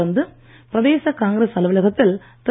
தொடர்ந்து பிரதேச காங்கிரஸ் அலுவலகத்தில் திரு